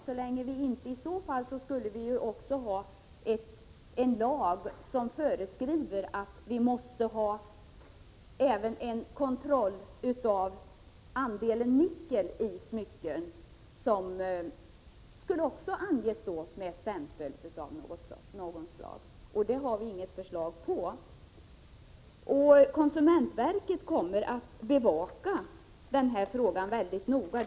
Så länge vi inte har en lag som föreskriver att man också måste ha en kontroll av andelen nickel i smycken, som skulle anges med en stämpel av något slag, kommer vi inte ifrån detta problem. Men något sådant finns det inget förslag om. Konsumentverket kommer att bevaka denna fråga mycket noga.